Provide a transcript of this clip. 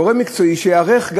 גורם מקצועי שייערך,